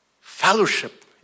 Fellowship